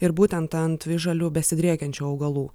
ir būtent ant žalių besidriekiančių augalų